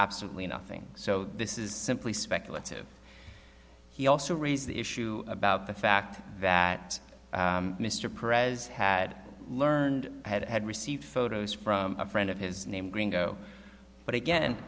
absolutely nothing so this is simply speculative he also raised the issue about the fact that mr prez had learned had had received photos from a friend of his name gringo but again